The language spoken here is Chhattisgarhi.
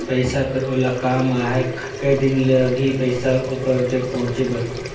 पइसा कर ओला काम आहे कये दिन लगही पइसा ओकर जग पहुंचे बर?